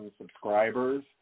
subscribers